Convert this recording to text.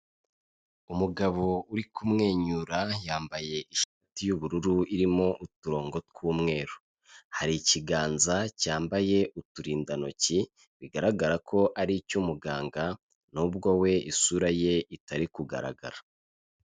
Umugabo uri kumwenyura yambaye ishati y'ubururu irimo uturongo tw'umweru, hari ikiganza cyambaye uturindantoki bigaragara ko ari icy'umuganga n'ubwo we isura ye itari kugaragara.